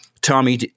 Tommy